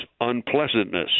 unpleasantness